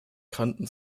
kannten